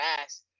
fast